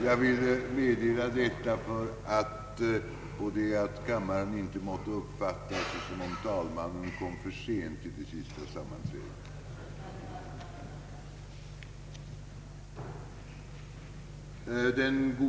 Jag vill säga detta på det att kammaren icke måtte uppfatta det som om talmannen kommer för sent till det sista sammanträdet.